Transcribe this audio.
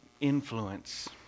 influence